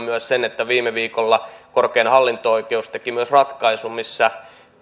myös sen että viime viikolla korkein hallinto oikeus teki ratkaisun missä